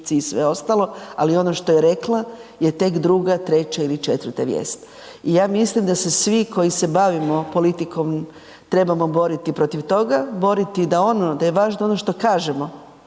i sve ostalo, ali ono što je rekla je tek druga, treća ili četvrta vijest. I ja mislim da se svi koji se bavimo politikom trebamo boriti protiv toga, boriti da ono, da je važno ono što kažemo,